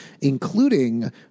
including